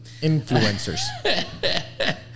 Influencers